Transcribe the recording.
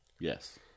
yes